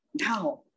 now